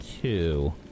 two